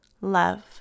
love